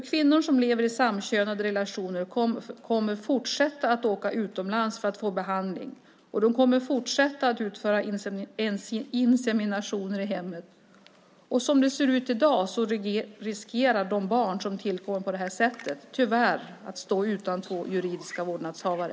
Kvinnor som lever i samkönade relationer kommer att fortsätta att åka utomlands för att få behandling, och de kommer att fortsätta att utföra inseminationer i hemmet. Som det ser ut i dag finns det tyvärr en risk för att de barn som tillkommer på det sättet kommer att stå utan juridiska vårdnadshavare.